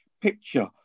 picture